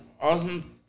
awesome